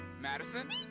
Madison